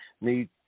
need